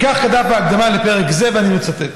וכך כתב בהקדמה לפרק זה, ואני מצטט: